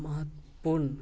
महत्वपूर्ण